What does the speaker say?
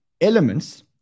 elements